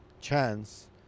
chance